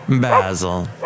Basil